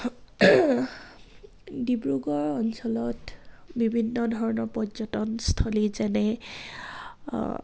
ডিব্ৰুগড় অঞ্চলত বিভিন্ন ধৰণৰ পৰ্যটনস্থলী যেনে